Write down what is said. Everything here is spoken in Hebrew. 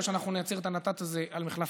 או שאנחנו נייצר את הנת"צ הזה על מחלף